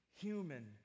human